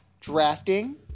Drafting